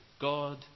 God